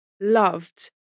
loved